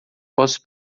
posso